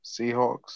Seahawks